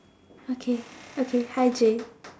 okay okay hi J